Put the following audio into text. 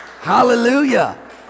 hallelujah